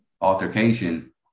altercation